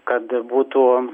kad būtų